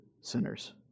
sinners